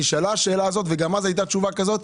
נשאלה השאלה הזאת, וגם אז הייתה תשובה כזאת.